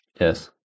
Yes